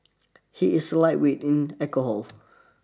he is lightweight in alcohol